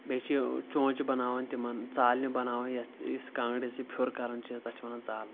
بیٚیہِ چھِ چونٛچہٕ بناوان تِمَن ژالنہِ بناوان یَتھ یُس کانٛگرِ سۭتۍ پھیُر کَران چھِ تَتھ چھِ وَنان ژالَن